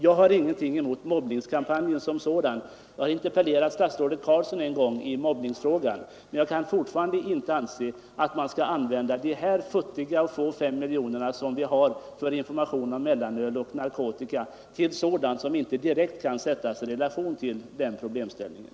Jag har ingenting emot mobbningskampanjen som sådan jag har interpellerat statsrådet Carlsson en gång i mobbningsfrågan men jag kan fortfarande inte anse att man skall använda de här futtiga 5 miljoner kronorna, som anslagits till information om mellanöl och narkotika, till sådant som inte direkt kan sättas i relation till den problemställningen.